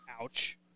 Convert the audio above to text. Ouch